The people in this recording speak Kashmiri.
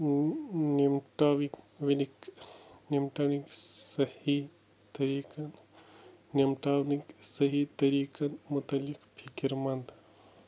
یِم ٹاوکۍ یِم ٹاونکٔۍ صحیح طریٖقَن نِمٹاونٔکۍ صحیح طریٖقَن مُتعلق فِکِر منٛد